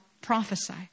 prophesy